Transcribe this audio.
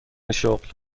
شغل